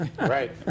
Right